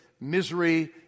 misery